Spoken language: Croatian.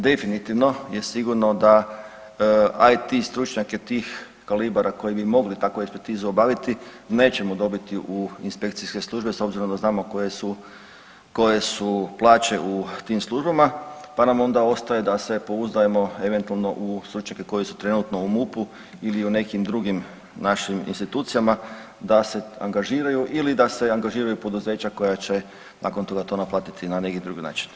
Definitivno je sigurno da IT stručnjake tih kalibara koji bi mogli takvu ekspertizu obaviti nećemo dobiti u inspekcijske službe s obzirom da znamo koje su, koje su plaće u tim službama, pa nam onda ostaje da se pouzdajemo eventualno u stručnjake koji su trenutno u MUP-u ili u nekim drugim našim institucijama da se angažiraju ili da se angažiraju poduzeća koja će nakon toga to naplatiti na neki drugi način.